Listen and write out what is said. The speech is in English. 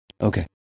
Okay